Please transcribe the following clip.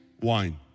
Wine